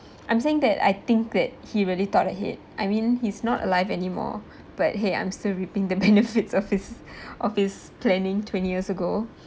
I'm saying that I think that he really thought ahead I mean he's not alive anymore but !hey! I'm still reaping the benefits of his of his planning twenty years ago